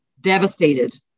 devastated